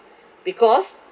because